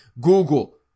Google